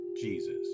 Jesus